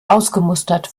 ausgemustert